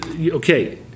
okay